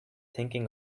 thinking